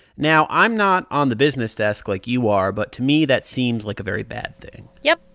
now, i'm not on the business desk like you are, but to me, that seems like a very bad thing yep,